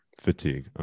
Fatigue